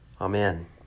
Amen